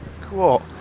Cool